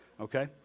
okay